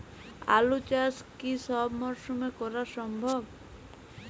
আলু চাষ কি সব মরশুমে করা সম্ভব?